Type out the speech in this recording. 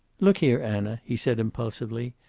look here, anna, he said impulsively.